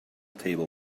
table